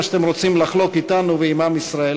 שאתם רוצים לחלוק אתנו ועם עם ישראל.